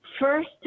first